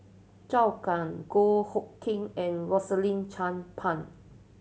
Zhou Can Goh Hood Keng and Rosaline Chan Pang